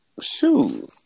shoes